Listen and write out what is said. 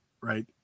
right